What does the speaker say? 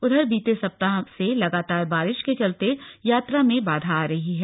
उधर बीते सप्ताह से लगातार बारिश के चलते यात्रा में बाधा आ रही है